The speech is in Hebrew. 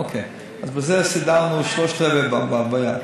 אז בזה סידרנו שלושת-רבעי הבעיה.